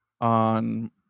on